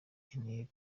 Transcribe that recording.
ikeneye